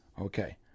Okay